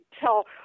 tell